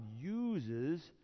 uses